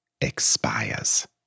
expires